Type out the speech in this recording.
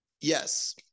Yes